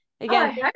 again